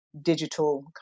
digital